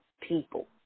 people